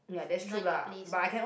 not your place [one]